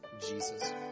Jesus